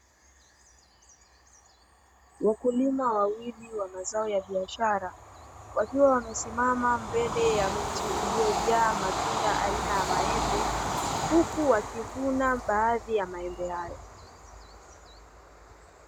Wakulima wawili wa mazao ya biashara, wakiwa wamesimama mbele ya mti uliojaa maembe huku wakivuna baadhi ya maembe hayo.